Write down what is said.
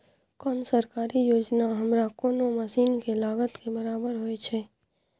कोन सरकारी योजना हमरा कोनो मसीन के लागत के बराबर होय छै?